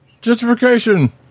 Justification